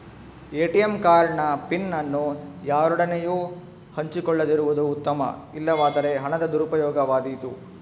ATM card ನ PIN ಅನ್ನು ಯಾರೊಡನೆಯೂ ಹಂಚಿಕೊಳ್ಳದಿರುವುದು ಉತ್ತಮ, ಇಲ್ಲವಾದರೆ ಹಣದ ದುರುಪಯೋಗವಾದೀತು